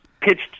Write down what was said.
pitched